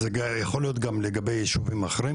זה יכול להיות גם לגבי ישובים אחרים,